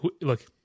look